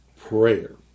prayer